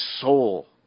soul